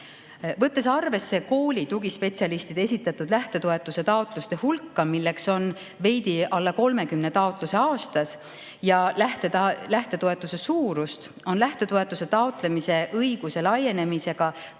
Võttes arvesse kooli tugispetsialistide esitatud lähtetoetuse taotluste hulka – neid on veidi alla 30 taotluse aastas – ja lähtetoetuse suurust, on lähtetoetuse taotlemise õiguse laienemisega